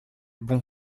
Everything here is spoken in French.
bons